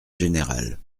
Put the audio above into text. général